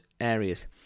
areas